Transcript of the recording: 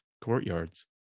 courtyards